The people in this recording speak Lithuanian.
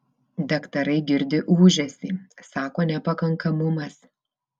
daktarai girdi ūžesį sako nepakankamumas